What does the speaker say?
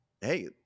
hey